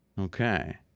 Okay